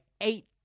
eight